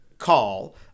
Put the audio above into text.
call